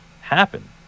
happen